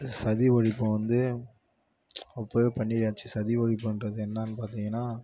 சதி ஒழிப்பை வந்து அப்போவே பண்ணியாச்சு சதி ஒழிப்புன்றது என்னன்னு பார்த்தீங்கன்னா